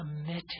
committed